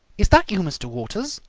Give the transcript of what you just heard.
is that you, mr. waters?